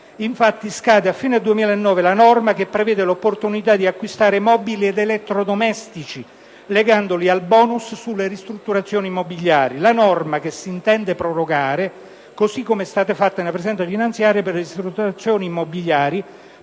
che scade a fine 2009 la norma che agevola gli acquisti di mobili ed elettrodomestici, legandoli al bonus sulle ristrutturazioni immobiliari. La norma che si intende prorogare, così com'è stato fatto nella presente finanziaria per le ristrutturazioni immobiliari,